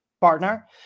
partner